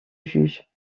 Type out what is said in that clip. juges